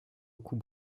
coup